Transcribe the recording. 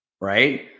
right